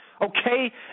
okay